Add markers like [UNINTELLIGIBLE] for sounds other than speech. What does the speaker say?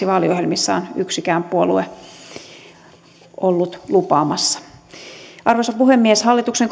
[UNINTELLIGIBLE] vaaliohjelmissaan yksikään puolue ollut lupaamassa arvoisa puhemies hallituksen [UNINTELLIGIBLE]